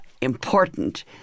important